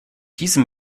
diese